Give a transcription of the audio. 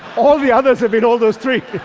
all the others have been all those three.